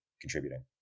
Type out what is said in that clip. contributing